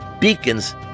beacons